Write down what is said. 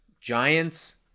Giants